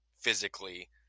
physically